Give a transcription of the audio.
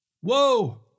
Whoa